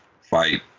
fight